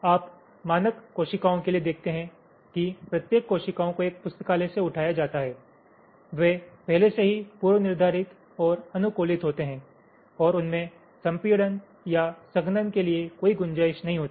आप मानक कोशिकाओं के लिए देखते हैं कि प्रत्येक कोशिकाओं को एक पुस्तकालय से उठाया जाता है वे पहले से ही पूर्वनिर्धारित और अनुकूलित होते हैं और उनमे संपीड़न या संघनन के लिए कोई गुंजाइश नहीं होती है